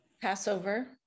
Passover